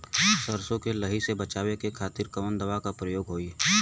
सरसो के लही से बचावे के खातिर कवन दवा के प्रयोग होई?